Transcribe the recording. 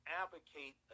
advocate